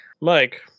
Mike